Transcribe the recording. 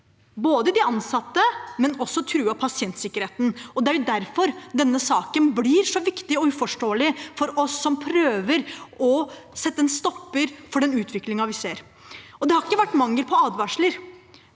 over de ansatte, men også truet pasientsikkerheten. Det er derfor denne saken blir så viktig og uforståelig for oss som prøver å sette en stopper for den utviklingen vi ser. Det har ikke vært mangel på advarsler.